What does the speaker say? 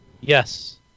Yes